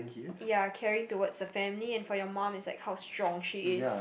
ya caring towards the family and for your mum is like how strong she is